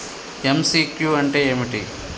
MCQ అంటే ఏమిటి?